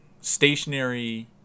stationary